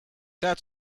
that